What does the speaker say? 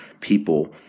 people